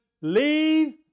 leave